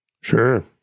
Sure